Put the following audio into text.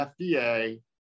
FDA